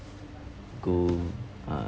go uh